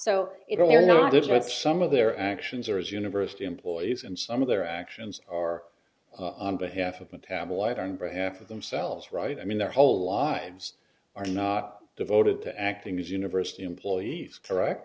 what some of their actions are as university employees and some of their actions or on behalf of metabolite on behalf of themselves right i mean their whole lives are not devoted to acting as university employees correct